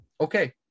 Okay